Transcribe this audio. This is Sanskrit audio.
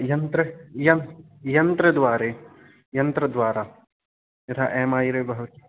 यन्त्र यन्त् यन्त्रद्वारे यन्त्रद्वारा यथा एम् आर् ऐ